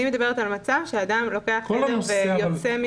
אני מדברת על מצב שאדם לוקח חדר ויוצא ממנו.